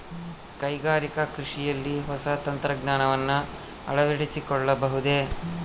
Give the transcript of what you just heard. ಕೈಗಾರಿಕಾ ಕೃಷಿಯಲ್ಲಿ ಹೊಸ ತಂತ್ರಜ್ಞಾನವನ್ನ ಅಳವಡಿಸಿಕೊಳ್ಳಬಹುದೇ?